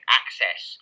access